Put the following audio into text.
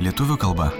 lietuvių kalba